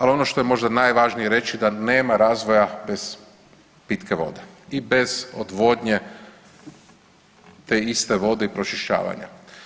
Ali ono što je možda najvažnije reći da nema razvoja bez pitke vode i bez odvodnje te iste vode i pročišćavanja.